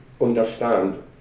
understand